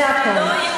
זה הכול.